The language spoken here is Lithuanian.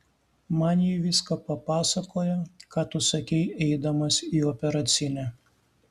man ji viską papasakojo ką tu sakei eidamas į operacinę